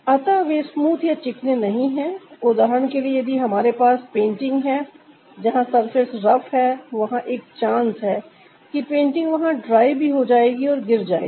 अतः वे स्मूथ या चिकने नहीं है उदाहरण के लिए यदि हमारे पास पेंटिंग है जहां सरफेस रफ है वहां एक चांस है कि पेंटिंग वहां ड्राई भी हो जाएगी और गिर जाएगी